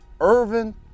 Irvin